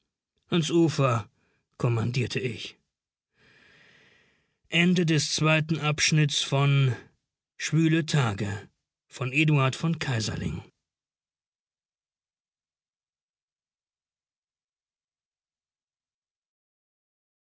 ans ufer kommandierte ich